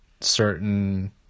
certain